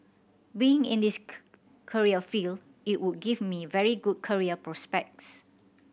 being in this career field it would give me very good career prospects